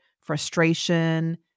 frustration